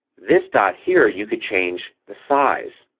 this dot here you can change the size.